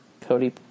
Cody